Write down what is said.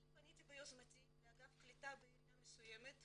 אני פניתי ביוזמתי לאגף קליטה בעירייה מסוימת ואמרתי,